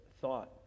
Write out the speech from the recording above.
thought